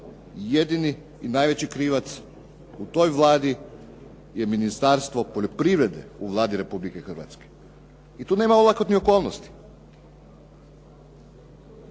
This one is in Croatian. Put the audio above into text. jedini i najveći krivac u toj vladi je Ministarstvo poljoprivrede u Vladi Republike Hrvatska. I tu nema olakotnih okolnosti.